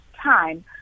time